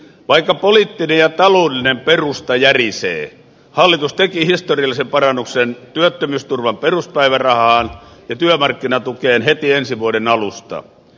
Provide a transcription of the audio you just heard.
vaikka poliittinen ja taloudellinen perusta järisee hallitus teki historiallisen parannuksen työttömyysturvan peruspäivärahaan ja työmarkkinatukeen heti ensi vuoden alusta